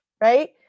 right